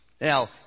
Now